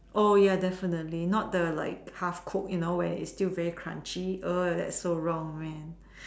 oh ya definitely not the like half cooked you know when it's still very crunchy err that's so wrong man